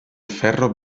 ferro